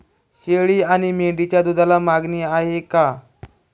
शेळी आणि मेंढीच्या दूधाला मागणी आहे का?